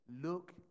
look